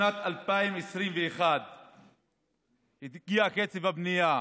בשנת 2021 הגיע קצב הבנייה